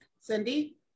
Cindy